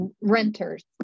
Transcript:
renters